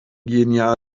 geniale